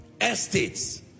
Estates